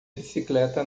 bicicleta